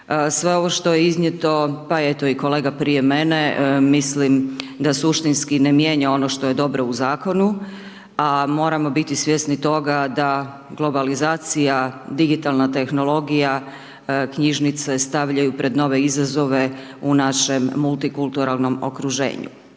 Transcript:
Sve ovo što je iznijeto, pa eto, i kolega prije mene, mislim da suštinski ne mijenja ono što je dobro u Zakonu, a moramo biti svjesni toga da globalizacija, digitalna tehnologija, knjižnice stavljaju pred nove izazove u našem multikulturalnom okruženju.